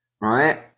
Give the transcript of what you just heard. right